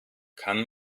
kann